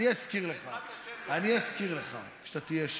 אני אזכיר לך, כשאתה תהיה שם,